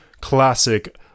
classic